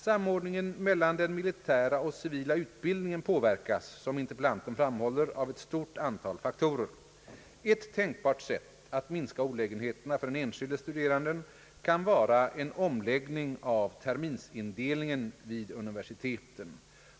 Samordningen mellan den militära och civila utbildningen påverkas, som interpellanten framhållit, av ett stort antal faktorer. Ett tänkbart sätt att minska olägenheterna för den enskilde studeranden kan vara en omläggning av terminsindelningen vid universiteten.